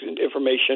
information